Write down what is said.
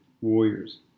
warriors